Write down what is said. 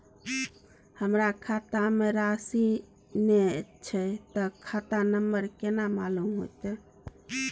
हमरा खाता में राशि ने छै ते खाता नंबर केना मालूम होते?